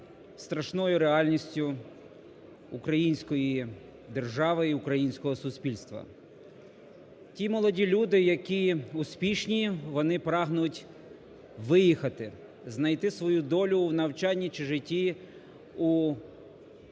страшною реальністю української держави і українського суспільства. Ті молоді люди, які успішні, вони прагнуть виїхати, знайти свою долю у навчанні чи житті у кращих